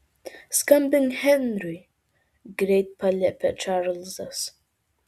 skambink henriui greit paliepė čarlzas